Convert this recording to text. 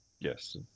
Yes